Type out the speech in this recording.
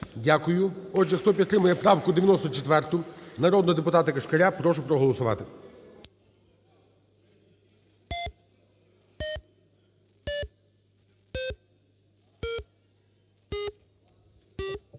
Дякую. Отже, хто підтримує правку 94 народного депутата Кишкаря, прошу проголосувати.